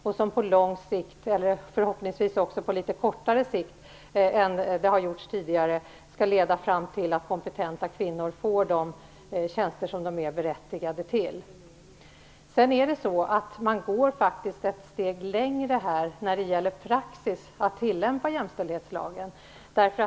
De skall på lång sikt och förhoppningsvis också på litet kortare sikt än tidigare leda fram till att kompetenta kvinnor får de tjänster som de är berättigade till. Man går faktiskt ett steg längre när det gäller praxis, dvs. att tillämpa jämställdhetslagen.